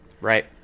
Right